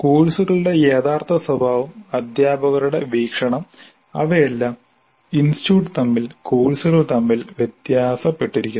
കോഴ്സുകളുടെ യഥാർത്ഥ സ്വഭാവം അധ്യാപകരുടെ വീക്ഷണം അവയെല്ലാം ഇൻസ്റ്റിറ്റ്യൂട്ട് തമ്മിൽ കോഴ്സുകൾ തമ്മിൽ വ്യത്യാസപ്പെട്ടിരിക്കുന്നു